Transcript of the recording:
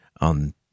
on